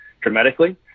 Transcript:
dramatically